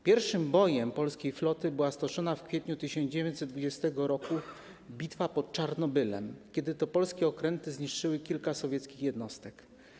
Pierwszym bojem polskiej floty była stoczona w kwietniu 1920 r. bitwa pod Czarnobylem, kiedy to polskie okręty zniszczyły kilka sowieckich jednostek.